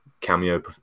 cameo